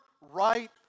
right